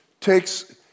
takes